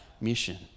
mission